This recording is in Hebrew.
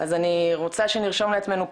אז אני רוצה שנרשום לעצמנו פעמיים,